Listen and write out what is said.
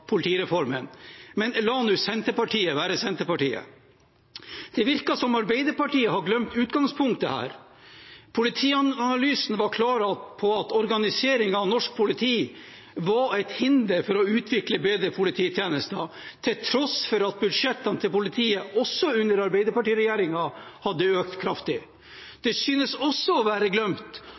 politireformen, men la nå Senterpartiet være Senterpartiet. Det virker som om Arbeiderpartiet har glemt utgangspunktet her. Politianalysen var klar på at organiseringen av norsk politi var et hinder for å utvikle bedre polititjenester, til tross for at budsjettene til politiet – også under Arbeiderparti-regjeringen – hadde økt kraftig. Det synes også å være